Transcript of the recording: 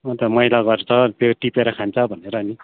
अन्त मैला गर्छ त्यो टिपेर खान्छ भनेर नि